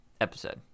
episode